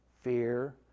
fear